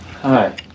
Hi